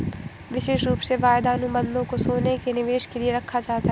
विशेष रूप से वायदा अनुबन्धों को सोने के निवेश के लिये रखा जाता है